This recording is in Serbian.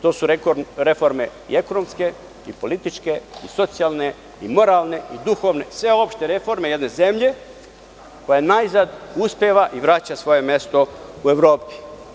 To su reforme i ekonomske i političke i socijalne i moralne i duhovne, sveopšte reforme jedne zemlje koja najzad uspeva i vraća svoje mesto u Evropi.